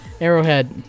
arrowhead